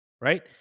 right